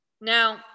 Now